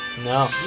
No